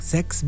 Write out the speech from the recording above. Sex